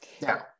Now